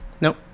nope